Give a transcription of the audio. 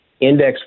index